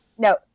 No